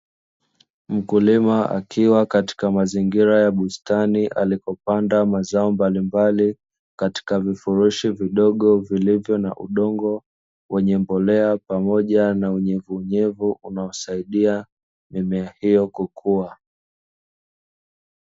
Mkulima akiwa katika mazingira ya bustani alipopanda mazao mbalimbali katika vifurushi vidogo, vilivyo na udongo wenye mbolea pamoja na unyevuunyevu unaosaidia mimea hiyo kukua.